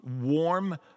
warm